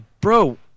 bro